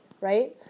right